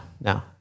no